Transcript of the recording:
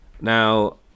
Now